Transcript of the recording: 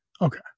Okay